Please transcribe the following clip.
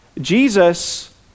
Jesus